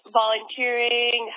volunteering